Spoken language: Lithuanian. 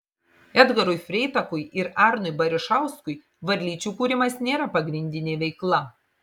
edgarui freitakui ir arnui barišauskui varlyčių kūrimas nėra pagrindinė veikla